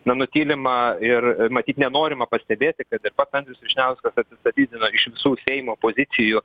nutylima ir matyt nenorima pastebėti kad ir pats andrius vyšniauskas atsistatydino iš visų seimo pozicijų